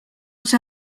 see